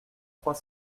trois